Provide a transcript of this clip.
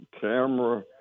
camera